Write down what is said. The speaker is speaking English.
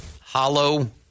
hollow